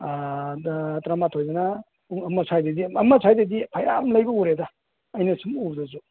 ꯑꯥꯗ ꯇꯔꯥ ꯃꯥꯊꯣꯏꯗꯅ ꯄꯨꯡ ꯑꯃ ꯁꯥꯏꯗꯩꯗꯤ ꯑꯃ ꯁꯥꯏꯗꯩꯗꯤ ꯐꯌꯥꯝ ꯂꯩꯕ ꯎꯔꯦꯗ ꯑꯩꯅ ꯁꯨꯝ ꯎꯕꯗꯁꯨ